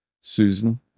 Susan